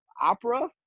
opera